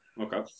okay